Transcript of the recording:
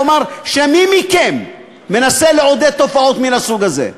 לומר שמי מכם מנסה לעודד תופעות מהסוג הזה.